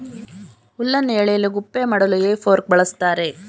ಹುಲ್ಲನ್ನು ಎಳೆಯಲು ಗುಪ್ಪೆ ಮಾಡಲು ಹೇ ಫೋರ್ಕ್ ಬಳ್ಸತ್ತರೆ